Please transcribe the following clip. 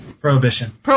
prohibition